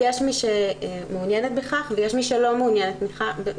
יש מי שמעוניינת בכך ויש מי שלא מעוניינת בכך,